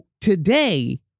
today